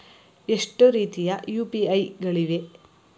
ಎಷ್ಟು ರೀತಿಯ ಯು.ಪಿ.ಐ ಗಳಿವೆ?